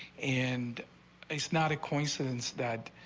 and it's not a coincidence that.